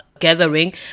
gathering